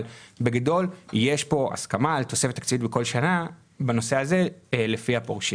בגדול יש כאן הסכמה על תוספת תקציב כל שנה בנושא הזה לפי הפורשים.